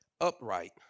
upright